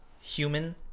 human